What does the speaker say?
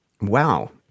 wow